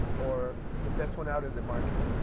or the best one out in the market.